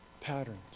patterns